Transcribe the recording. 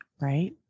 right